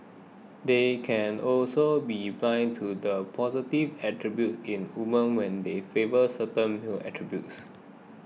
they can also be blind to the positive attributes in woman when they favour certain male attributes